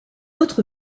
autre